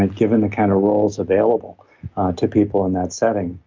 and given the kind of roles available to people in that setting,